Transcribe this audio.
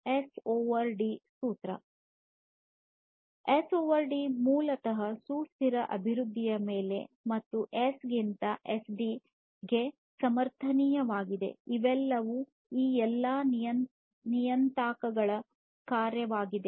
S over SD ಮೂಲತಃ ಸುಸ್ಥಿರ ಅಭಿವೃದ್ಧಿಯ ಮೇಲೆ ಮತ್ತು ಎಸ್ ಗಿಂತ ಎಸ್ಡಿ ಗೆ ಸಮರ್ಥನೀಯವಾಗಿದೆ ಇವೆಲ್ಲವೂ ಈ ಎಲ್ಲಾ ನಿಯತಾಂಕಗಳ ಕಾರ್ಯವಾಗಿದೆ